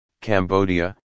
Cambodia